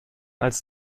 als